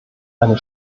eine